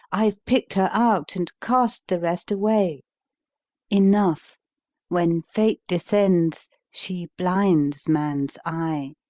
i've picked her out and cast the rest away enough when fate descends she blinds man's eye!